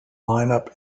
lineup